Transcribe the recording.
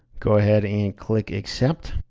go ahead and click accept.